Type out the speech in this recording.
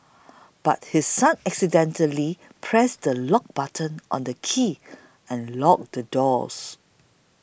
but his son accidentally pressed the lock button on the key and locked the doors